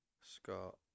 Scott